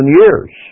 years